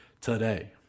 today